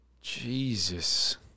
Jesus